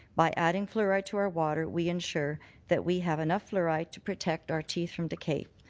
by adding fluoride to our water, we ensure that we have enough fluoride to protect our teeth from decay.